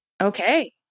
Okay